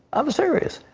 um serious.